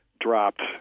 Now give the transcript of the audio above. dropped